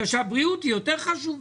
מפני שהבריאות היא יותר חשובה.